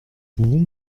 pouvons